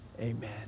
amen